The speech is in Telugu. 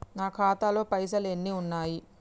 నా ఖాతాలో పైసలు ఎన్ని ఉన్నాయి?